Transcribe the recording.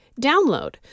download